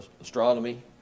astronomy